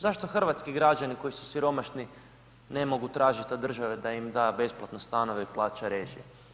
Zašto hrvatski građani koji su siromašni ne mogu tražiti od države da im da besplatno stanove i plaća režije?